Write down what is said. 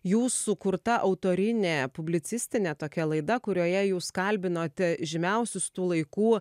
jūsų kurta autorinė publicistinė tokia laida kurioje jūs kalbinote žymiausius tų laikų